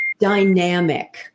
dynamic